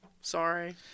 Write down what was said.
Sorry